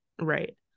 right